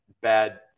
bad